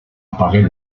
apparaît